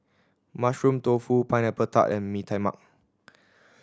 Mushroom Tofu Pineapple Tart and Mee Tai Mak